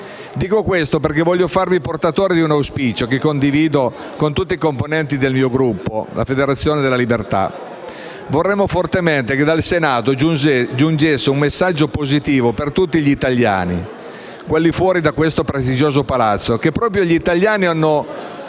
Dico questo perché voglio farmi portatore di un auspicio, che condivido con tutti i componenti del mio Gruppo, Federazione della Libertà. Vorremmo fortemente che dal Senato giungesse un messaggio positivo per tutti gli italiani, fuori da questo prestigioso Palazzo, che proprio gli italiani hanno